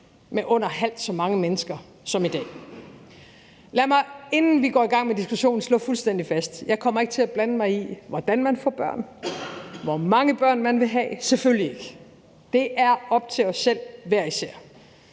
med under halvt så mange mennesker som i dag. Lad mig, inden vi går i gang med diskussionen, slå det fuldstændig fast: Jeg kommer ikke til at blande mig i, hvordan man får børn, eller hvor mange børn man vil have, selvfølgelig ikke. Det er op til os selv hver især.